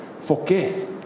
Forget